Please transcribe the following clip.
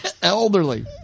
Elderly